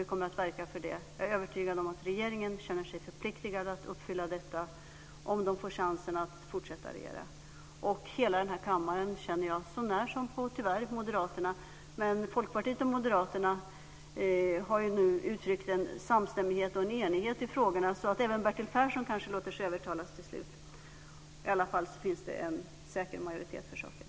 Vi kommer att verka för det. Jag är övertygad om att regeringen känner sig förpliktigad att uppfylla det om den får chansen att fortsätta att regera. Jag känner att hela denna kammare önskar det, tyvärr så när som Moderaterna. Men Folkpartiet och Moderaterna har nu uttryckt en samstämmighet och enighet i frågorna. Även Bertil Persson kanske låter sig övertalas till slut. Det finns i varje fall en säker majoritet för saken.